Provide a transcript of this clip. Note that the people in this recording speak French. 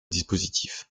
dispositif